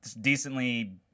decently